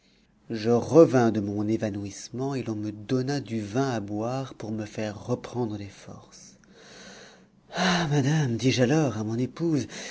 je revins de mon évanouissement et l'on me donna du vin à boire pour me faire reprendre des forces ah madame dis-je alors à mon épouse